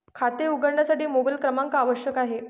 खाते उघडण्यासाठी मोबाइल क्रमांक आवश्यक आहे